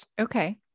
Okay